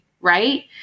right